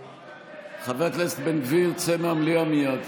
חבר הכנסת בן גביר, צא מהמליאה מייד.